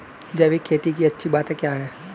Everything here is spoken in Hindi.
जैविक खेती की अच्छी बातें क्या हैं?